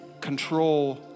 control